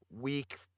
week